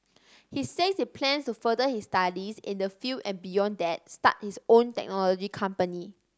he says he plans to further his studies in this field and beyond that start his own technology company